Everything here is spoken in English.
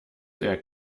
their